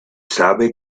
sabe